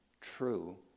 true